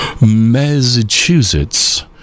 massachusetts